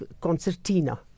concertina